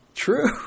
true